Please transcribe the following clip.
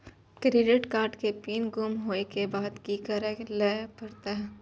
Credit card के PIN गुम होय के बाद की करै ल परतै?